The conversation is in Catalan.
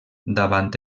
davant